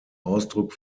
ausdruck